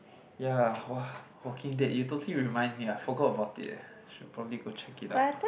ya !wah! Walking Dead you totally remind me I forgot about it eh should probably go check it out